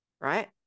Right